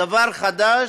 זה דבר חדש,